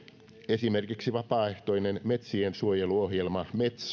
esimerkiksi vapaaehtoinen metsiensuojeluohjelma metso saa lisää rahaa rahoitusta osoitetaan myös luonnonhaitta